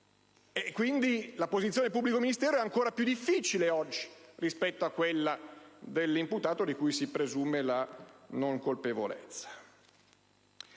quindi la sua posizione è ancora più difficile oggi rispetto a quella dell'imputato, di cui si presume la non colpevolezza.